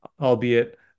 albeit